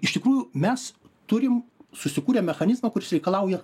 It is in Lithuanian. iš tikrųjų mes turim susikūrę mechanizmą kuris reikalauja